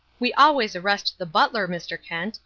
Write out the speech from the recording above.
we always arrest the butler, mr. kent.